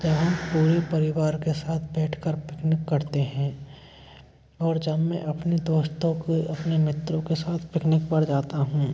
जब हम पूरे परिवार के साथ बैठ कर पिकनिक करते हैं और जब मैं अपने दोस्तों के अपने मित्रों के साथ पिकनिक पर जाता हूँ